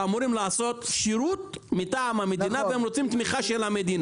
שאמורים לעשות שירות מטעם המדינה והם רוצים תמיכה של המדינה.